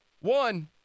One